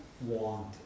want